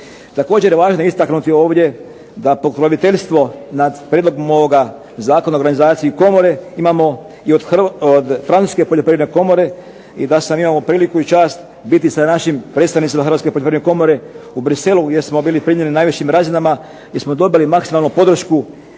Također je važno istaknuti ovdje da pokroviteljstvo nad prijedlogom ovoga Zakona o organizaciji komore, imamo i od francuske poljoprivredne komore, i da sam imao priliku i čast biti sa našim predstavnicima Hrvatske poljoprivredne komore u Bruxellesu gdje smo bili primljeni na najvišim razinama, gdje smo dobili maksimalnu podršku